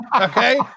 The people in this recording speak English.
okay